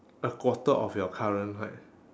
a quarter of your current height